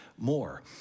More